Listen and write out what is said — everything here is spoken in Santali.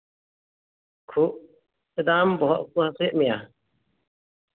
ᱠᱷᱩᱜ ᱮᱫᱟᱢ ᱵᱚᱦᱚᱜ ᱠᱚ ᱦᱟᱥᱩᱭᱮᱫ ᱢᱮᱭᱟ